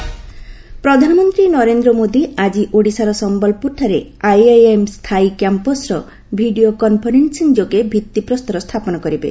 PM ପ୍ରଧାନମନ୍ତ୍ରୀ ନରେନ୍ଦ୍ର ମୋଦୀ ଆଜି ଓଡ଼ିଶାର ସମ୍ଭଲପୁରଠାରେ ଆଇଆଇଏମ୍ ସ୍ଥାୟୀ କ୍ୟାମ୍ପସ୍ର ଭିଡ଼ିଓ କନ୍ଫରେନ୍ସିଂ ଯୋଗେ ଭିଭିପ୍ରସ୍ତର ସ୍ଥାପନ କରିବେ